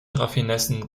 raffinessen